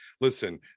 listen